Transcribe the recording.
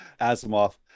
asimov